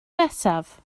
nesaf